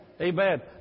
Amen